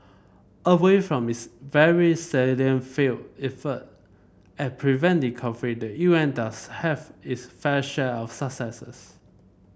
away from its very salient failed effort at preventing conflict the U N does have its fair share of successes